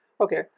okay